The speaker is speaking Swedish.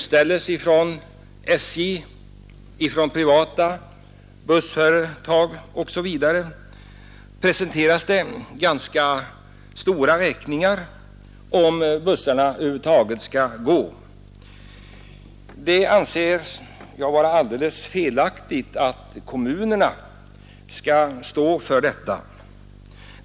SJ, privata bussföretag osv. presenterar ganska stora räkningar för att bussarna över huvud taget skall gå. Jag anser det vara alldeles felaktigt att kommunerna skall stå för detta.